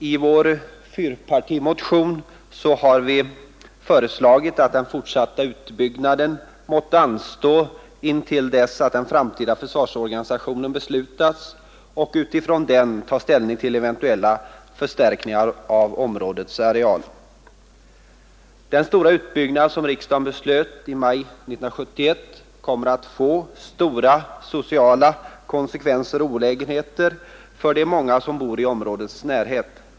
I vår fyrpartimotion har vi hemställt att den fortsatta utbyggnaden måtte anstå intill dess beslut om den framtida försvarsorganisationen har fattats och att man med utgångspunkt från det beslutet kan ta ställning till eventuella förstärkningar av områdets areal. Den stora utbyggnad som riksdagen fattade beslut om i maj 1971 kommer att få stora sociala konsekvenser och olägenheter för de många som bor i områdets närhet.